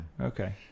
okay